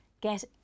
get